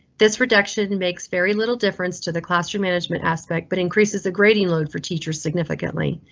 this reduction makes very little difference to the classroom management aspect, but increases the grading load for teachers significantly.